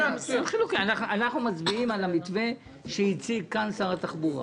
אנחנו מצביעים על המתווה שהציג כאן שר התחבורה.